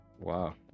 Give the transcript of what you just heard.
Wow